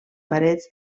parets